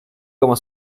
como